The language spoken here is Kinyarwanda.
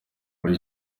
muri